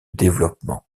développement